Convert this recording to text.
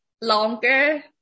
longer